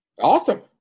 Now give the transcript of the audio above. Awesome